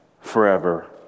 forever